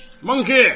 Monkey